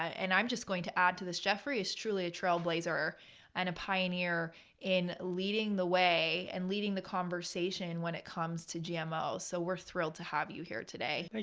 and i'm just going to add to this jeffrey is truly a trailblazer and a pioneer in leading the way and leading the conversation when it comes to gmos. so we're thrilled to have you here today. but